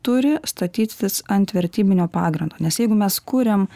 turi statytis ant vertybinio pagrindo nes jeigu mes kuriam